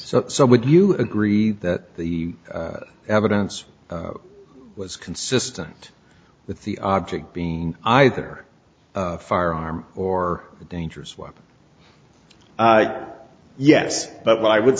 so so would you agree that the evidence was consistent with the object being either firearm or dangerous weapon yes but what i would